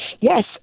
Yes